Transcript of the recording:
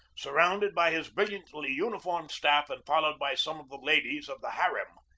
surrounded by his brilliantly uniformed staff and followed by some of the ladies of the harem.